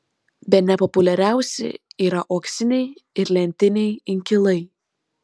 bene populiariausi yra uoksiniai ir lentiniai inkilai